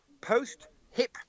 post-hip